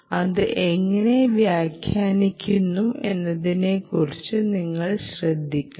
ഇത് എങ്ങനെ വ്യാഖ്യാനിക്കുന്നു എന്നതിനെക്കുറിച്ച് നിങ്ങൾ ശ്രദ്ധിക്കണം